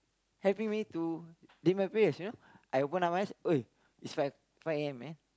helping me to do my prayers you know I open my eyes eh it's like five A_M man